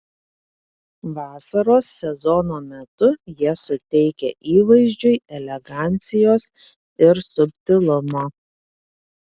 vasaros sezono metu jie suteikia įvaizdžiui elegancijos ir subtilumo